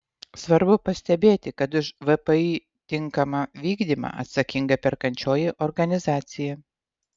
svarbu pastebėti kad už vpį tinkamą vykdymą atsakinga perkančioji organizacija